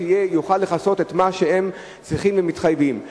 יוכל לכסות את מה שהם צריכים ומתחייבים לו.